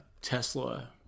Tesla